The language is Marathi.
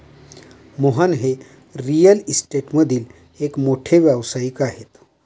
मोहन हे रिअल इस्टेटमधील एक मोठे व्यावसायिक आहेत